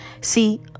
See